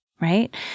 right